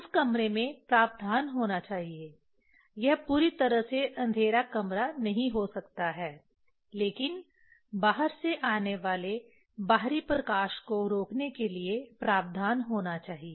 उस कमरे में प्रावधान होना चाहिए यह पूरी तरह से अंधेरा कमरा नहीं हो सकता है लेकिन बाहर से आने वाले बाहरी प्रकाश को रोकने के लिए प्रावधान होना चाहिए